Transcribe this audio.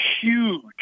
huge